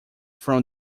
from